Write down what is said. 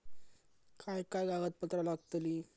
काय काय कागदपत्रा लागतील?